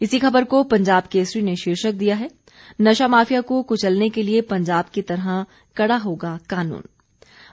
इसी खबर को पंजाब केसरी ने शीर्षक दिया है नशा माफिया को कुचलने के लिये पंजाब की तरह कड़ा होगा कूनन